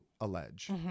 allege